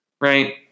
right